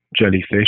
jellyfish